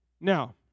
Now